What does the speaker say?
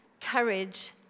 courage